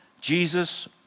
Jesus